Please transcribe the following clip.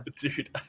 dude